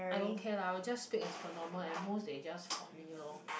I don't care lah I will just speak as per normal at most they just fault me lor